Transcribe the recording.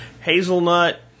Hazelnut